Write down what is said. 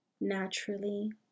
naturally